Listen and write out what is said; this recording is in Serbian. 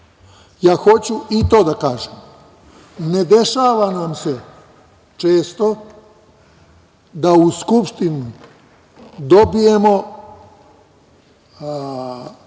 sobom. Hoću i to da kažem, ne dešava nam se često da u Skupštinu dobijemo